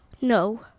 No